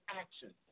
Action